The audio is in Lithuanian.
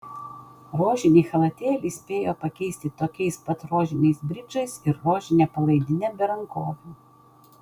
rožinį chalatėlį spėjo pakeisti tokiais pat rožiniais bridžais ir rožine palaidine be rankovių